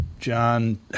John